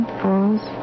falls